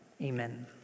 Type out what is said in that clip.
Amen